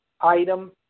item